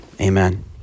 amen